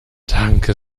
danke